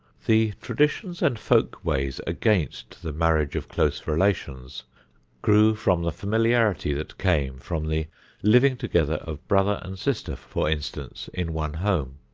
the traditions and folk-ways against the marriage of close relations grew from the familiarity that came from the living together of brother and sister, for instance, in one home.